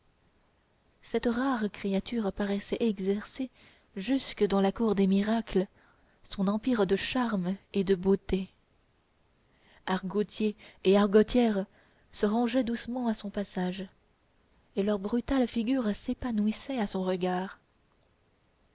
cette rare créature paraissait exercer jusque dans la cour des miracles son empire de charme et de beauté argotiers et argotières se rangeaient doucement à son passage et leurs brutales figures s'épanouissaient à son regard